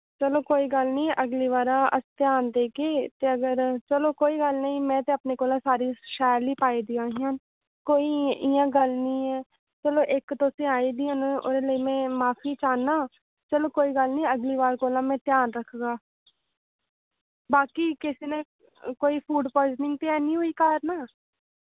चलो कोई गल्ल नेईं अगली बारी अस ध्यान देगे ते अगर चलो कोई गल्ल नेईं में ते अपने कोला सारी शैल ही पाई दियां हियां कोई इ'यां गल्ल नेईं ऐ चलो इक तुसें आई दियां न ओह्दे लेई में माफी चाह्न्नां चलो कोई गल्ल नेईं अगली बारी कोला ध्यान रखगा बाकी किसे ने कोई फूड पाइजनिंग ते हैनी होई ना घर ना